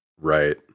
Right